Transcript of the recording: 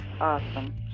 awesome